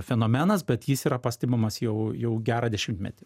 fenomenas bet jis yra pastebimas jau jau gerą dešimtmetį